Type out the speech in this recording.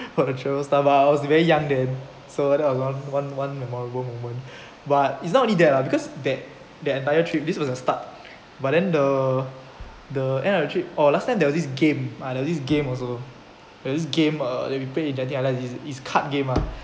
for the travel stuff lah I was very young then so that was one one one memorable moment but it's not only that lah because that that entire trip this was a start but then the the end of the trip or last time there was this game ah there was this game also there was this game ah that we play in genting highland is is card game ah